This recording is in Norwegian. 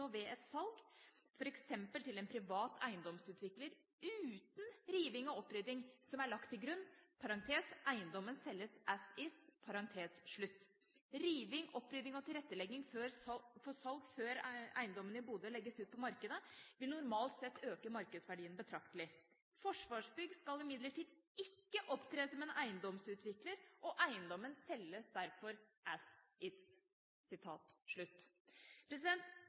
ved et salg for eksempel til en privat eiendomsutvikler, uten rivning og opprydding, som er lagt til grunn . Rivning, opprydding og tilrettelegging for salg før eiendommene i Bodø legges ut på markedet vil normalt sett øke markedsverdien betydelig. Forsvarsbygg skal imidlertid ikke opptre som en eiendomsutvikler og eiendommen selges derfor «as is».»